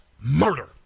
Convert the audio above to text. murder